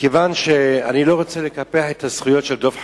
מכיוון שאני לא רוצה לקפח את הזכויות של דב חנין,